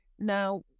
now